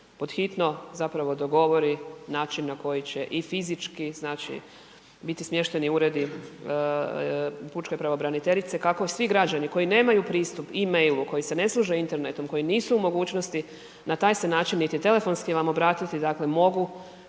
pod hitno dogovori način na koji će i fizički biti smješteni uredi pučke pravobraniteljice kako svi građani koji nemaju pristup e-mailu, koji se ne služe Internetom, koji nisu u mogućnosti na taj se način niti telefonski vam obratiti mogu